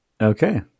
Okay